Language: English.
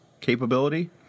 capability